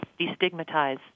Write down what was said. destigmatize